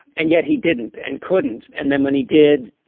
and yet he didn't and couldn't. and then when he did,